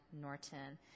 Norton